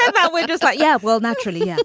ah that way just like. yeah. well, naturally, yeah